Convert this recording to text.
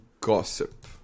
gossip